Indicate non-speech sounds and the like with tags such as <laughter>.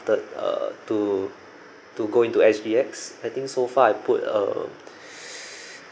ted~ uh to to go into S_G_X I think so far I put uh <breath>